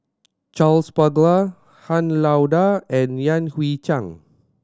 Charles Paglar Han Lao Da and Yan Hui Chang